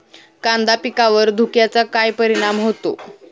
कांदा पिकावर धुक्याचा काय परिणाम होतो?